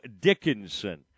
Dickinson